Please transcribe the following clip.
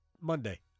Monday